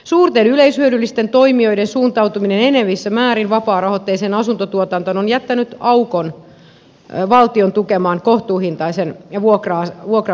suurten yleishyödyllisten toimijoiden suuntautuminen enenevässä määrin vapaarahoitteiseen asuntotuotantoon on jättänyt aukon valtion tukemaan kohtuuhintaisen vuokra asuntotuotannon rakentamiseen